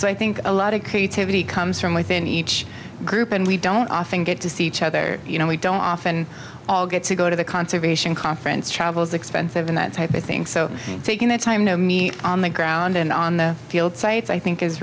so i think a lot of creativity comes from within each group and we don't often get to see each other you know we don't often get to go to the conservation conference travels expensive in that type of thing so taking the time to meet on the ground and on the field sites i think is